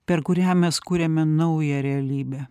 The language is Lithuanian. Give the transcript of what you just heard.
per kurią mes kuriame naują realybę